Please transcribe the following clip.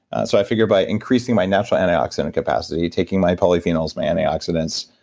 so, i figured by increasing my natural antioxidant capacity, taking my polyphenols, my antioxidants,